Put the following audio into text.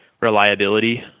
reliability